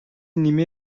نیمه